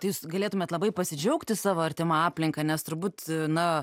tai jūs galėtumėt labai pasidžiaugti savo artima aplinka nes turbūt na